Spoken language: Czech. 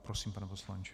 Prosím, pane poslanče.